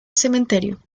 cementerio